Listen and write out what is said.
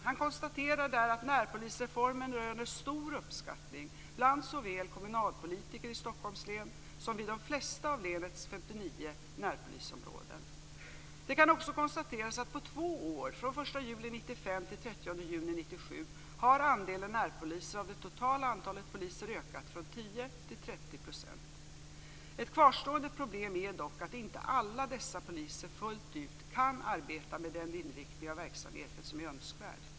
Han konstaterar där att närpolisreformen röner stor uppskattning bland såväl kommunalpolitiker i Stockholms län som vid de flesta av länets Det kan också konstateras att andelen närpoliser av det totala antalet poliser har ökat från 10 till 30 % på två år - från den 1 juli 1995 till den 30 juni 1997. Ett kvarstående problem är dock att inte alla dessa poliser fullt ut kan arbeta med den inriktning av verksamheten som är önskvärd.